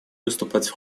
выступать